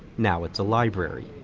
now it's a library.